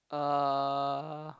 uh